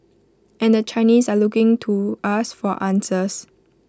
and the Chinese are looking to us for answers